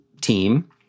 team